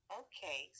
okay